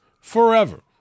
Forever